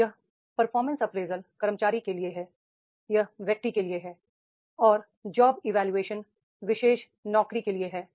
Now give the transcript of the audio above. तो यह performance appraisal कर्मचारी के लिए है यह व्यक्ति के लिए है और यह जॉब इवोल्यूशन विशेष नौकरी के लिए है